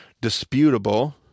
disputable